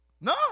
No